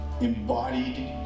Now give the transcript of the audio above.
embodied